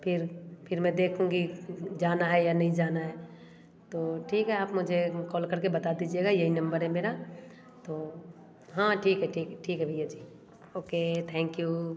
फिर फिर मैं देख लूँगी जाना है या नहीं जाना है तो ठीक है आप मुझे कॉल कर के बता दीजिएगा यही नंबर है मेरा तो हाँ ठीक ठीक ठीक है भईया जी ओके थैंक यू